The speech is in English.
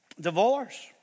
Divorce